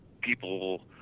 people